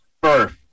birth